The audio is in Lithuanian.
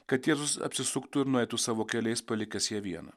kad jėzus apsisuktų ir nueitų savo keliais palikęs ją vieną